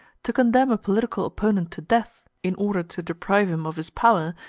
to condemn a political opponent to death, in order to deprive him of his power,